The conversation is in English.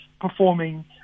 performing